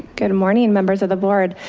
good morning, members of the board.